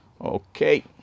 Okay